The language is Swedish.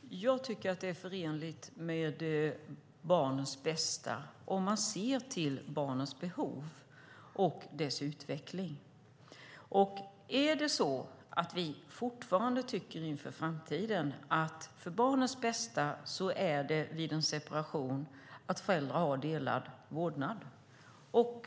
Herr talman! Jag tycker att det är förenligt med barnens bästa om man ser till barnets behov och dess utveckling. Om vi inför framtiden fortfarande tycker att barnens bästa vid en separation är att föräldrarna har delad vårdnad får